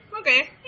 okay